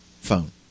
phone